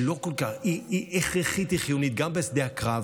היא הכרחית וחיונית גם בשדה הקרב